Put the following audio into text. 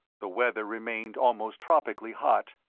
the weather remained almost tropically hot,